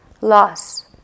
loss